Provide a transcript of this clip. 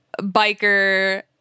Biker